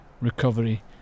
recovery